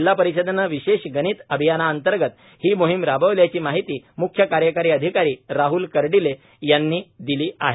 जिल्हा परिषदेनं विशेष गणित अभियांनांतर्गत ही मोहिम राबवल्याची माहिती मुख्य कार्यकारी अधिकारी राहल कर्डीले यांनी दिली आहे